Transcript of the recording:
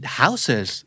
houses